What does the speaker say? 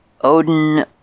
Odin